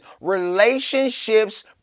Relationships